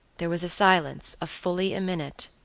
there was a silence of fully a minute,